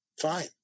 Fine